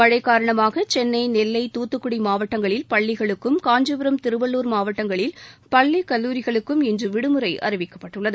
மனழ காரணமாக சென்னை மாவட்டத்தில் பள்ளிகளுக்கும் காஞ்சிபுரம் திருவள்ளுவர் மாவட்டங்களில் பள்ளி கல்லூரிகளுக்கும் இன்று விடுமுறை அறிவிக்கப்பட்டுள்ளது